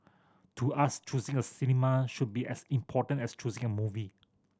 to us choosing a cinema should be as important as choosing a movie